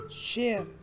share